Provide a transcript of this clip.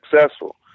successful